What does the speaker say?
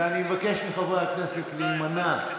ואני מבקש מחברי הכנסת להימנע,